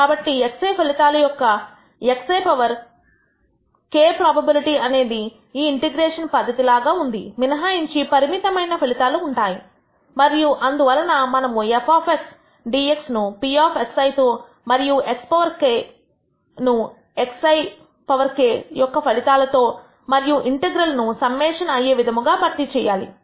కాబట్టి xi ఫలితాల యొక్క xi పవర్ k ప్రోబబిలిటీ అనేది ఈ ఇంటిగ్రేషన్ పద్ధతి లాగా ఉంది మినహాయించి పరిమితమైన ఫలితాలు ఉంటాయి మరియు అందువలన మనము fdx ను p తో మరియు xk అను xik యొక్క ఫలితాలతో మరియు ఇంటెగ్రల్ అను సమ్మేషన్ అయ్యే విధముగా భర్తీ చేయాలి